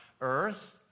earth